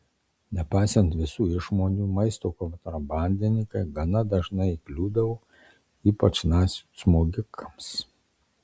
nepaisant visų išmonių maisto kontrabandininkai gana dažnai įkliūdavo ypač nacių smogikams